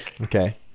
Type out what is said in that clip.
Okay